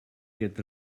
get